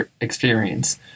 experience